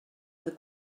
oedd